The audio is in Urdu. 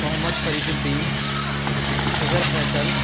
محمد فرید الدین خضر فیصل